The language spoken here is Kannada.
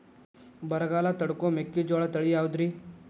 ಬರಗಾಲ ತಡಕೋ ಮೆಕ್ಕಿಜೋಳ ತಳಿಯಾವುದ್ರೇ?